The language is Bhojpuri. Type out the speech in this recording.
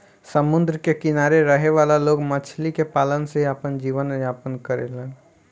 समुंद्र के किनारे रहे वाला लोग मछली के पालन से आपन जीवन यापन करेले